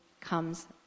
comes